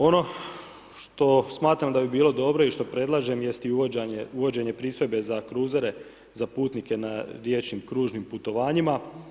Ono što smatram da bi bilo dobro i što predlažem jest i uvođenje pristojbe za kruzere, za putnike na riječnim kružni putovanjima.